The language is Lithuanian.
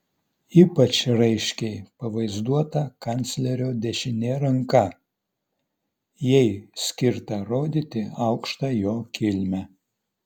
ypač raiškiai pavaizduota kanclerio dešinė ranka jai skirta rodyti aukštą jo kilmę